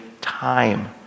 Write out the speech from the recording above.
time